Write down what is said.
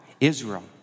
Israel